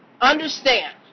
understand